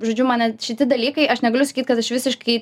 žodžiu mane šitie dalykai aš negaliu sakyt kad aš visiškai